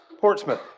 Portsmouth